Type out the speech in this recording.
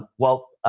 well,